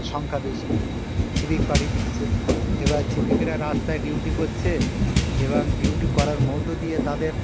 সংখ্যা বেশি সিভিক পাঠিয়ে দিচ্ছে এ বার সিভিকেরা রাস্তায় ডিউটি করছে এবং ডিউটি করার মধ্য দিয়ে তাদের